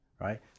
right